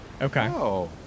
Okay